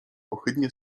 ohydnie